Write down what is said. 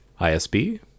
ISB